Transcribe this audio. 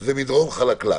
זה מדרון חלקלק.